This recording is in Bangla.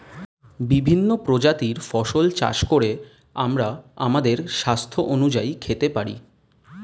বিভিন্ন প্রজাতির ফসল চাষ করে আমরা আমাদের স্বাস্থ্য অনুযায়ী খেতে পারি